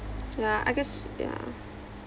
ya I guess ya